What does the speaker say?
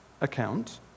account